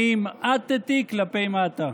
אני המעטתי כלפי מטה.